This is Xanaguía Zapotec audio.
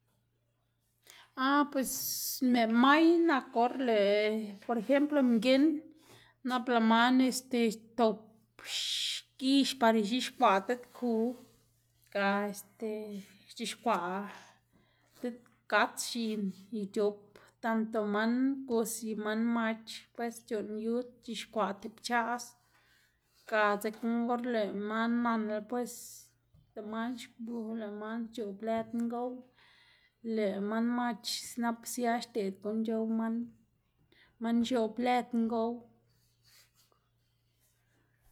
Ah pues mëꞌ may nak or lëꞌ por ejemplo mginn nap lëꞌ man este xtop gix par ix̱ixkwaꞌ diꞌt ku, ga este xc̲h̲ixkwaꞌ diꞌt gats x̱in ic̲h̲op, tanto man gus y man mach pues c̲h̲uꞌnn yud c̲h̲ixkwaꞌ tib pchaꞌs ga dzekna or lëꞌ man nanla pues lëꞌ man xgu, lëꞌ man c̲h̲oꞌb lëd ngow, lëꞌ man mach nap sia xdeꞌd guꞌn c̲h̲ow man, man x̱oꞌb lëd ngow.